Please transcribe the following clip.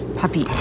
puppy